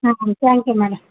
thank you madam